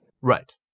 Right